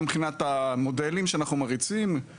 גם מבחינת המודלים שאנחנו מריצים,